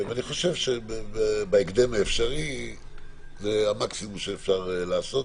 אני חושב שבהקדם האפשרי זה המקסימום שאפשר לעשות.